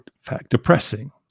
fact-depressing